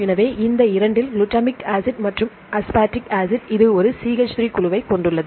எனவே இந்த இரண்டில் குளுட்டமிக் ஆசிட் மற்றும் அஸ்பார்டிக் ஆசிட் இது ஒரு CH3 குழுவைக் கொண்டுள்ளது